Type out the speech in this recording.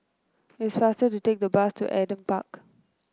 it's faster to take the bus to Adam Park